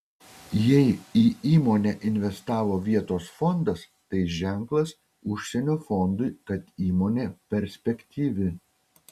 jei į įmonę investavo vietos fondas tai ženklas užsienio fondui kad įmonė perspektyvi